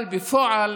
בפועל